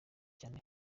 cyane